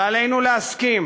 ועלינו להסכים